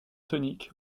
tonique